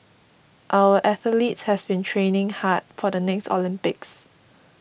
our athletes have been training hard for the next Olympics